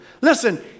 Listen